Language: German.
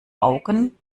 augen